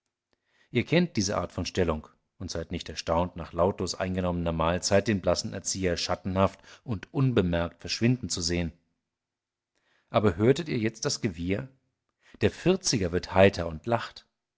ihr kennt diese art von stellung und seid nicht erstaunt nach lautlos eingenommener mahlzeit den blassen erzieher schattenhaft und unbemerkt verschwinden zu sehen aber hörtet ihr jetzt das gewieher der vierziger wird heiter und lacht